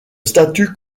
statut